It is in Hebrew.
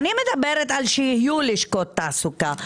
אני מדברת על שיהיו לשכות תעסוקה.